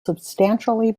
substantially